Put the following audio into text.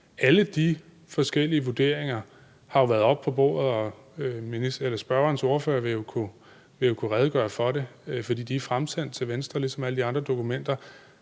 Alle de forskellige vurderinger har jo været oppe på bordet. Spørgerens ordfører vil jo kunne redegøre for det, for de er fremsendt til Venstre, ligesom alle de andre dokumenter,